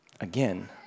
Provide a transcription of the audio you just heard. Again